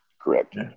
Correct